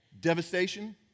devastation